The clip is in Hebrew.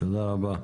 תודה רבה.